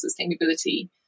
sustainability